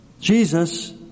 Jesus